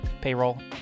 payroll